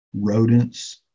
Rodents